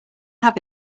have